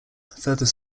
further